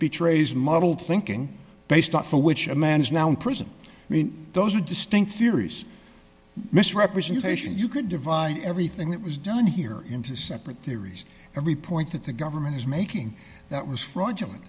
betrays model thinking based not for which a man is now in prison i mean those are distinct theories misrepresentations you could divide everything that was done here in two separate theories every point that the government is making that was